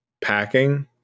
Packing